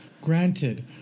granted